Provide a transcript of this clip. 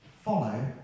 Follow